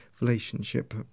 relationship